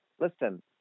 Listen